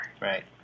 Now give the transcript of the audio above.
Right